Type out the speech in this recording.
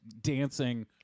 dancing